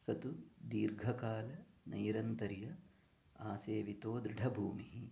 स तु दीर्घकाल नैरन्तर्य आसेवितो दृढभूमिः